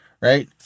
right